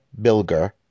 Bilger